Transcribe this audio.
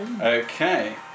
Okay